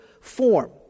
form